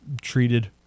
treated